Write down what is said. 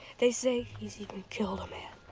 they say he's even killed a man.